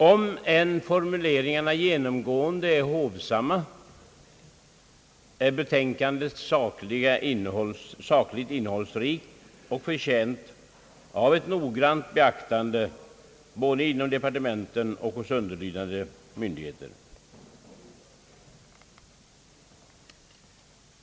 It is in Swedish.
Om än formuleringarna genomgående gjorts hovsamma är betänkandet sakligt innehållsrikt och förtjänt av ett noggrant beaktande både inom departementen och i underlydande myndigheter.